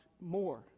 more